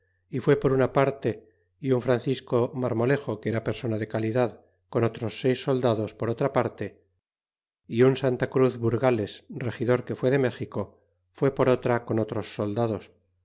y fué por una parte y un francisco m armolejo que era persona de calidad con otros seis soldados por otra parte y un santacruz burgales regidor que fue de méxico fué por otra con otros soldados